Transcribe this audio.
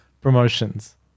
promotions